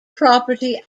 property